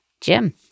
Jim